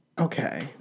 okay